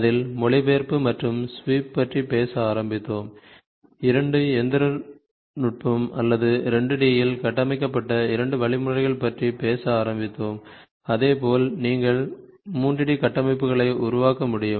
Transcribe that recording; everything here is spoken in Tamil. அதில் மொழிபெயர்ப்பு மற்றும் ஸ்வீப் பற்றி பேச ஆரம்பித்தோம் இரண்டு இயந்திரநுட்பம் அல்லது 2 D இல் கட்டமைக்கப்பட்ட இரண்டு வழிமுறைகள் பற்றி பேச ஆரம்பித்தோம் அதேபோல நீங்கள் 3 D கட்டமைப்புகளையும் உருவாக்க முடியும்